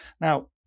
Now